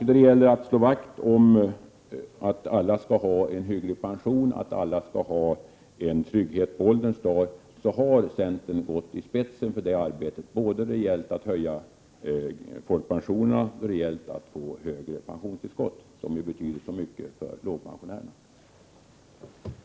När det gäller att slå vakt om allas rätt till en hygglig pension och trygghet på ålderns dagar har centern gått i spetsen för arbetet både för att höja folkpensionerna och för att höja pensionstillskottet, som betyder så mycket för dem som har låga pensioner.